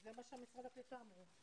זה מה שמשרד הקליטה אמרו.